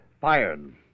Fired